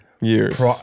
years